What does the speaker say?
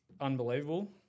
unbelievable